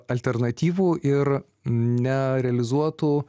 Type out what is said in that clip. alternatyvų ir nerealizuotų